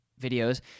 videos